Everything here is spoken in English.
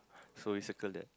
so we circle that